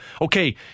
okay